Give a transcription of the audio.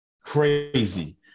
crazy